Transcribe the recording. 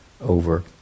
over